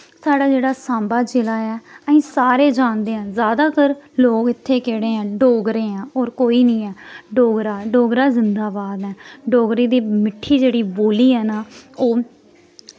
साढ़ा जेह्ड़ा सांबा जिला ऐ अहीं सारे जानदे ऐं जैदातर लोक इत्थै केह्ड़े ऐं डोगरे ऐं होर कोई नी ऐ डोगरा डोगरा जिंदाबाद ऐ डोगरी दी मिट्ठी जेह्ड़ी बोल्ली ऐ न ओह्